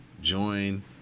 join